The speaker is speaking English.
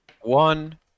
one